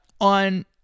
on